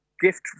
gift